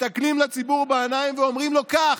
מסתכלים לציבור בעיניים ואומרים לו כך: